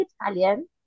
Italian